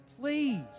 Please